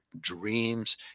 dreams